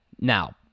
Now